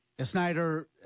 snyder